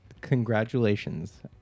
Congratulations